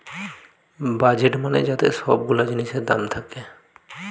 budget মানে যাতে সব গুলা জিনিসের দাম থাকে